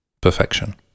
perfection